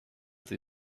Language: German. sie